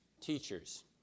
teachers